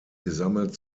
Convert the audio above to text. gesammelt